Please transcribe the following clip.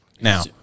Now